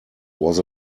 was